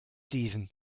steven